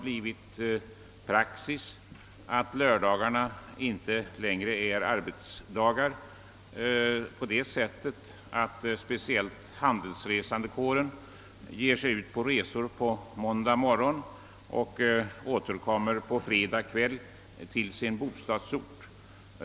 Sedan praxis blivit att lördag inte längre är arbetsdag är det nu så att handelsresandekåren reser ut på måndag morgon och återkommer till sin bostadsort på fredag kväll.